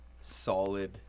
solid